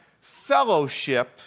fellowship